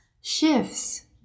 shifts